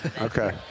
Okay